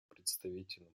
представительным